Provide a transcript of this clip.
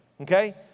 okay